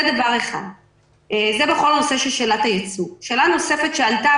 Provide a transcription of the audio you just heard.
עלתה שאלה נוספת,